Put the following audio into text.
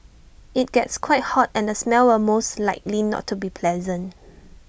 IT gets quite hot and the smell will most likely not be pleasant